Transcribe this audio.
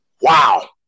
Wow